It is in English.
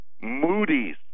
Moody's